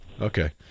Okay